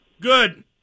Good